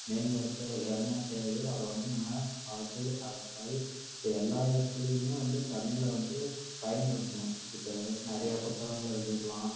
மேம்படுத்த என்ன தேவையோ அதை வந்து நம்ம பார்த்து அதைபடி இப்போ எல்லா இடத்துலையுமே வந்து தமிழை வந்து பயன்படுத்தணும் இப்போ நிறையா புத்தகங்களை வெளியிடலாம்